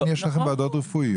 לכן יש לכם ועדות רפואיות.